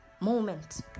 moment